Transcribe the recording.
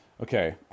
Okay